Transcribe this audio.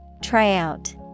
Tryout